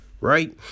right